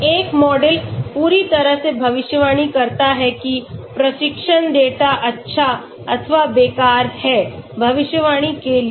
एक मॉडल पूरी तरह से भविष्यवाणी करता है कि प्रशिक्षण डेटा अच्छा अथवा बेकार है भविष्यवाणी के लिए